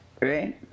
right